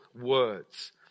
words